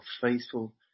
faithful